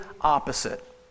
opposite